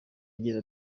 agira